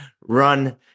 run